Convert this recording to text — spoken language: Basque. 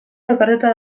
lokartuta